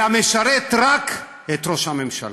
הוא משרת רק את ראש הממשלה.